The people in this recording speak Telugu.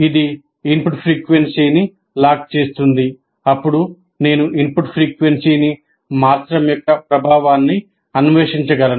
ఇది ఇన్పుట్ ఫ్రీక్వెన్సీకి లాక్ చేస్తుంది అప్పుడు నేను ఇన్పుట్ ఫ్రీక్వెన్సీని మార్చడం యొక్క ప్రభావాన్ని అన్వేషించగలను